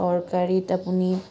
তৰকাৰীত আপুনি